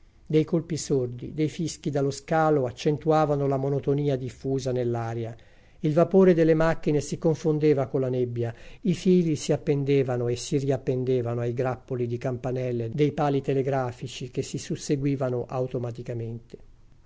dei colpi sordi dei fischi dallo scalo accentuavano la monotonia diffusa nell'aria il vapore delle macchine si confondeva colla nebbia i fili si appendevano e si riappendevano ai grappoli di campanelle dei pali telegrafici che si susseguivano automaticamente